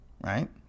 Right